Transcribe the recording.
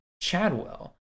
Chadwell